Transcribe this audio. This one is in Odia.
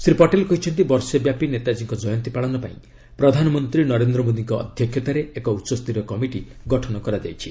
ଶ୍ରୀ ପଟେଲ କହିଛନ୍ତି ବର୍ଷେ ବ୍ୟାପି ନେତାଜୀଙ୍କ ଜୟନ୍ତୀ ପାଳନ ପାଇଁ ପ୍ରଧାନମନ୍ତ୍ରୀ ନରେନ୍ଦ୍ର ମୋଦୀଙ୍କ ଅଧ୍ୟକ୍ଷତାରେ ଏକ ଉଚ୍ଚସ୍ତରୀୟ କମିଟି ଗଠନ କରାଯାଇଛି